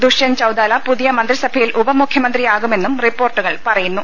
ദുഷ്യന്ത് ചൌതാല പുതിയ മന്ത്രിസഭയിൽ ഉപമുഖ്യമന്ത്രിയാകു മെന്നും റിപ്പോർട്ടുകൾ പറയുന്നു